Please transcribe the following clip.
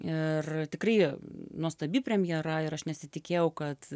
ir tikrai nuostabi premjera ir aš nesitikėjau kad